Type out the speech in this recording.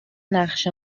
نقش